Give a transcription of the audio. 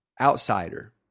outsider